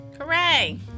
Hooray